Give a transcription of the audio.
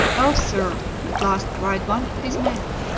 oh, sir, at last cried one of. his men,